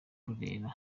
burera